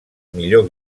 millor